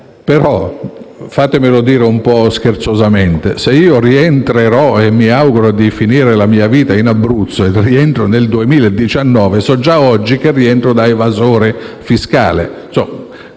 però - fatemelo dire un po' scherzosamente - considerando che mi auguro di finire la mia vita in Abruzzo, se rientrerò nel 2019, già oggi so che rientrerò da evasore fiscale.